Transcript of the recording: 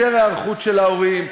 יותר היערכות של ההורים,